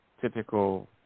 typical